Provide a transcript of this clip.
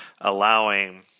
allowing